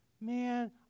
man